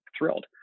thrilled